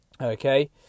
Okay